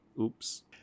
Oops